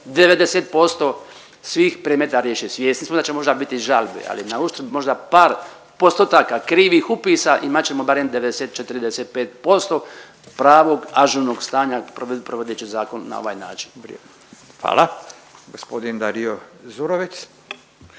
90% svih predmeta riješit. Svjesni smo da će možda biti žalbe, ali na uštrb možda par postotaka krivih upisa imat ćemo barem 94-95% pravog ažurnog stanja provodeći zakon na ovaj način. **Radin,